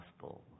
gospel